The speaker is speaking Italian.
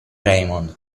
raymond